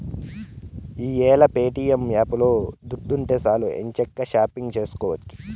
ఈ యేల ప్యేటియం యాపులో దుడ్డుంటే సాలు ఎంచక్కా షాపింగు సేసుకోవచ్చు